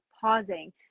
pausing